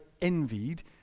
envied